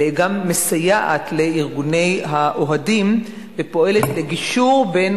אלא גם מסייעת לארגוני האוהדים ופועלת לגישור בין